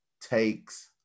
takes